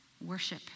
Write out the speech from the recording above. worship